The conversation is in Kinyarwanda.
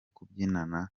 kubyinana